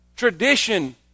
Tradition